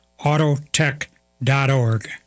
autotech.org